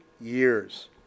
years